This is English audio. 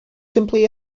simply